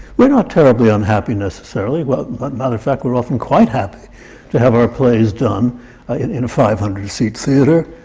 we're not terribly unhappy, necessarily well, matter of fact, we're often quite happy to have our plays done in a five hundred seat theatre,